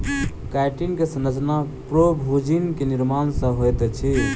chitin के संरचना प्रोभूजिन के निर्माण सॅ होइत अछि